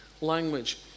language